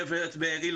גברת בארי,